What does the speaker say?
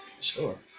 Sure